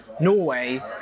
Norway